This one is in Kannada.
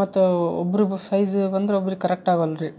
ಮತ್ತು ಒಬ್ರಿಗೆ ಸೈಝ ಬಂದ್ರೆ ಒಬ್ರಿಗೆ ಕರೆಕ್ಟ್ ಆಗ್ವಲ್ಲ ರೀ